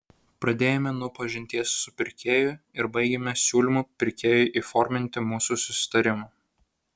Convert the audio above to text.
pradėjome nuo pažinties su pirkėju ir baigėme siūlymu pirkėjui įforminti mūsų susitarimą